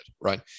right